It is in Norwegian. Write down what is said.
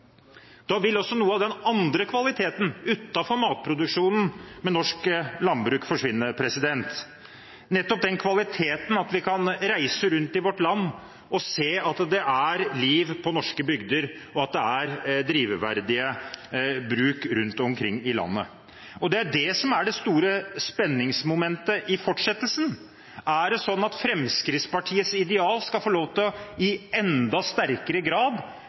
Da vil også noe av den andre kvaliteten – utenfor matproduksjonen – ved norsk landbruk forsvinne, nettopp den kvaliteten at vi kan reise rundt i vårt land og se at det er liv i norske bygder, og at det er drivverdige bruk rundt omkring i landet. Det er det som er det store spenningsmomentet i fortsettelsen. Er det sånn at Fremskrittspartiets ideal skal få lov til i enda sterkere grad